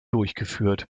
durchgeführt